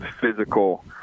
physical